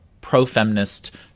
pro-feminist